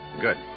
Good